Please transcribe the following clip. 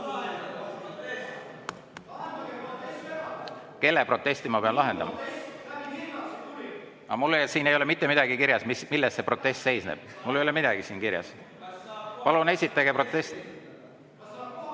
Kelle protesti ma pean lahendama? (Saalist hõigatakse.) Aga siin ei ole mitte midagi kirjas, milles see protest seisneb? Mul ei ole midagi siin kirjas. Palun esitage protest.